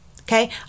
Okay